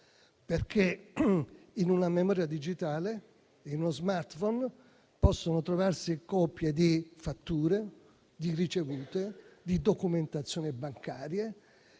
perché in una memoria digitale, in uno *smartphone* possono trovarsi copie di fatture, di ricevute, di documentazioni bancarie